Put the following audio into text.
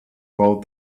about